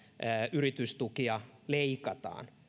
yritystukia leikataan